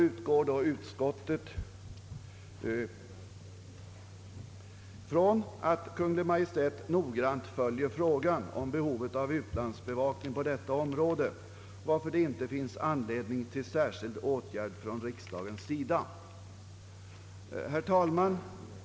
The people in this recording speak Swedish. Utskottet utgår från att Kungl. Maj:t noggrant följer behovet av utlandsbevakning på detta område, varför det inte fanns anledning till särskild åtgärd från riksdagens sida. Herr tälman!